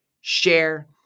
share